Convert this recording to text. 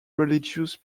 religious